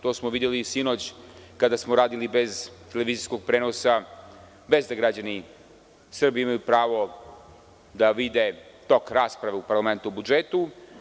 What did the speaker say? To smo videli i sinoć, kada smo radili bez televizijskog prenosa, bez da građani Srbije imaju pravo da vide tok rasprave u parlamentu o budžetu.